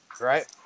Right